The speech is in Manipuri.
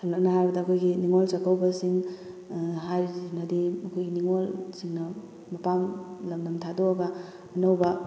ꯁꯝꯂꯞꯅ ꯍꯥꯏꯔꯕꯗ ꯑꯩꯈꯣꯏꯒꯤ ꯅꯤꯡꯉꯣꯜ ꯆꯥꯛꯀꯧꯕꯁꯤꯡ ꯍꯥꯏꯔꯤꯁꯤꯅꯗꯤ ꯑꯩꯈꯣꯏꯒꯤ ꯅꯤꯡꯉꯣꯜꯁꯤꯡꯅ ꯃꯄꯥꯝ ꯂꯝꯗꯝ ꯊꯥꯗꯣꯛꯑꯒ ꯑꯅꯧꯕ